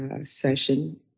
session